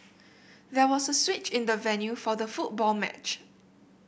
there was a switch in the venue for the football match